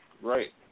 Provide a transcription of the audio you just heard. Right